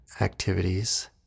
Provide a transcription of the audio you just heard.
activities